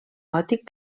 gòtic